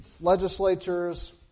legislatures